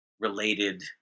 Related